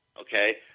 Okay